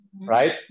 right